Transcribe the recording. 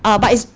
but it's